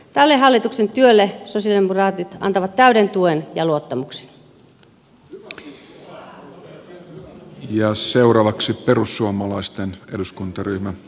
tälle hallituksen työlle sosialidemokraatit antavat täyden tuen ja luottamuksen